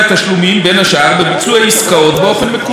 בין השאר בביצוע עסקאות באופן מקוון.